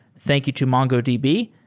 thank you to mongo, db,